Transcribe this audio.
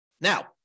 Now